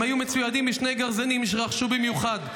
הם היו מצוידים בשני גרזנים שרכשו במיוחד,